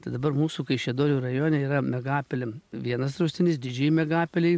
tad dabar mūsų kaišiadorių rajone yra miegapelėm vienas draustinis didžiajai miegapelei